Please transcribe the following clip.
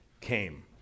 came